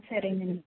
సరే అండి